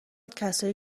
کسایی